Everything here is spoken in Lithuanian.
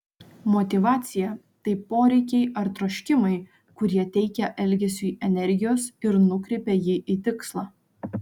motyvacija tai poreikiai ar troškimai kurie teikia elgesiui energijos ir nukreipia jį į tikslą